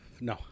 no